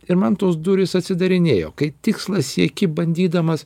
ir man tos durys atsidarinėjo kai tikslą sieki bandydamas